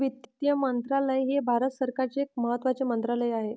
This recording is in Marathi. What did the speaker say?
वित्त मंत्रालय हे भारत सरकारचे एक महत्त्वाचे मंत्रालय आहे